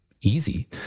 easy